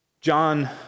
John